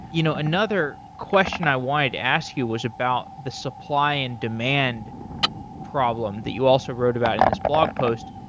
you know another question i wanted to ask you was about the supply and demand problem that you also wrote about in this blog post.